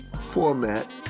format